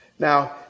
Now